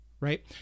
right